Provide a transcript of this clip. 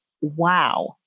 Wow